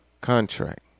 contract